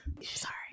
Sorry